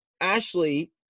Ashley